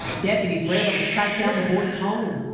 deputies were able to track down the boy's home,